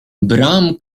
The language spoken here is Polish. bram